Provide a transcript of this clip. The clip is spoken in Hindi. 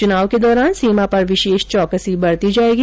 चुनाव के दौरान सीमा पर विशेष चौकसी बरती जाएगी